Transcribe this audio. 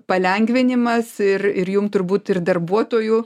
palengvinimas ir ir jum turbūt ir darbuotojų